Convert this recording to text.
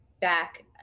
back